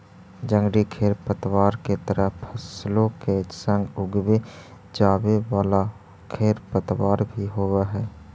जंगली खेरपतवार के तरह फसलों के संग उगवे जावे वाला खेरपतवार भी होवे हई